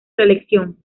reelección